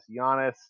Giannis